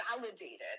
validated